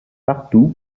partout